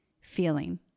feeling